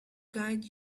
guide